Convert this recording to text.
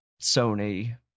Sony